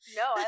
no